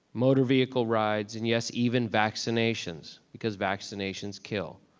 motor vehicle rides, and yes, even vaccinations because vaccinations kill.